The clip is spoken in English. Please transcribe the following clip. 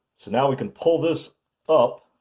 so now we can pull this up.